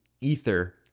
Ether